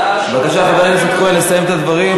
בבקשה, חבר הכנסת כהן יסיים את הדברים.